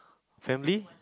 family